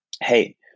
Hey